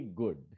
good